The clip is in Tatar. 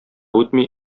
үтми